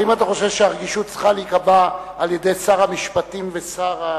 האם אתה חושב שהרגישות צריכה להיקבע על-ידי שר המשפטים ושר,